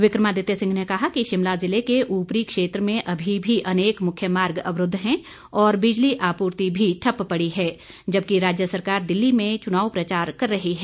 विक्रमादित्य सिंह ने कहा कि शिमला ज़िले के ऊपरी क्षेत्र में अभी भी अनेक मुख्य मार्ग अवरूद्व हैं और बिजली आपूर्ति भी ठप्प पड़ी है जबकि राज्य सरकार दिल्ली में चुनाव प्रचार कर रही है